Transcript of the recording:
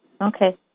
Okay